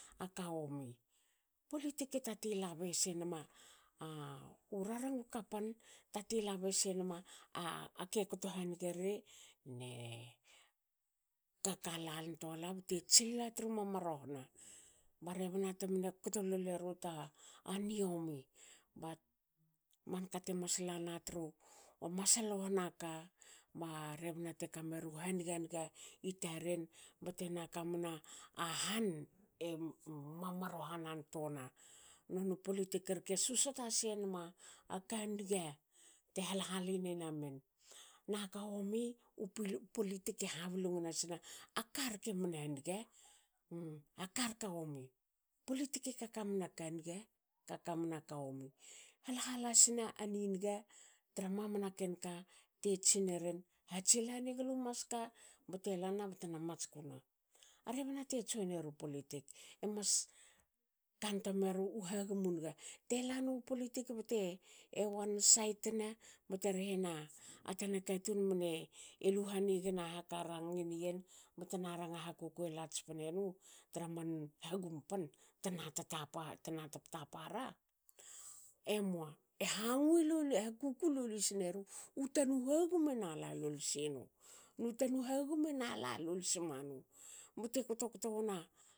Uka womi. Politik e tatin labei senma a ake kto haniga eri ne kaka lantoala bte tsil a tru mamarohna. ba rebna temne kto loleru ta a niomi ba ba manka temas lana tru masalohna ka ba rebna te kameru haniganiga i taren btena kamna ahan e mamarohanan toana. Nonu politik rke susuata sei nama aka niga te hal haline namen. Naka womi politik eha blungana sna aka rke mna niga karke a ka omi. Politik e kaka mna ka niga. kaka mna ka omi hal halasna a niniga tra mamana ken ka te tsineren hatsil haniglu maska bte lana btena matskuna. A rebna te join eru politik emas kantoa meru hagum u niga. Tela nu politik bte wansait na bte rhena a tan katun e lu hanigna haka rangini yen betna ranga ha kukuela tspnenu tra man hagum pan tna tatapa tna taptapa ra. emua eha ngu hakuku lolisneru u tanu hagum ena la lol sinu nu tanu hagum ena lalol smanu bte kto kto wona